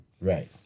right